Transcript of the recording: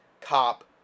cop